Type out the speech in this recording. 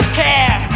care